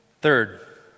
Third